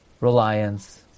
reliance